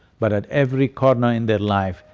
but at every corner in their life,